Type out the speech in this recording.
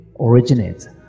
originates